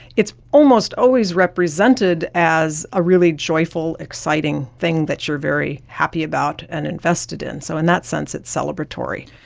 it's almost always represented as a really joyful, exciting thing that you are very happy about and invested in, so in that sense it's celebratory.